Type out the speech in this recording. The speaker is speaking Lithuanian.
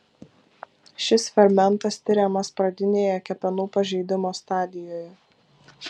šis fermentas tiriamas pradinėje kepenų pažeidimo stadijoje